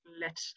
let